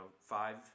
five